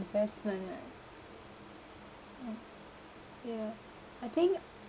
investment like ya I think